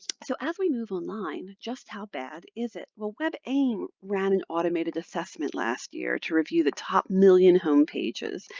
so as we move online, just how bad is it? well web aim ran an automated assessment last year to review the top million home pages.